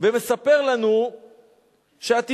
ומספר לנו שהתינוקות,